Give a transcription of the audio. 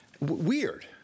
Weird